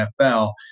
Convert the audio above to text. NFL